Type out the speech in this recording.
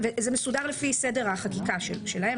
וזה מסודר לפי סדר החקיקה שלהם,